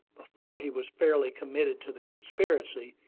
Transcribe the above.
before he was fairly committed to the conspiracy,